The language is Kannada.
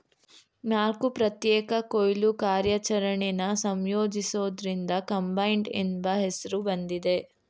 ನಾಲ್ಕು ಪ್ರತ್ಯೇಕ ಕೊಯ್ಲು ಕಾರ್ಯಾಚರಣೆನ ಸಂಯೋಜಿಸೋದ್ರಿಂದ ಕಂಬೈನ್ಡ್ ಎಂಬ ಹೆಸ್ರು ಬಂದಿದೆ